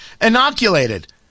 inoculated